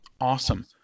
Awesome